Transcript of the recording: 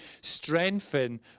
strengthen